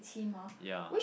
yeah